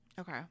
Okay